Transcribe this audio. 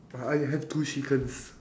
I have two chickens